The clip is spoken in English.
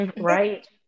right